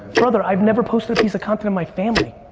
brother, i've never posted a piece of content on my family.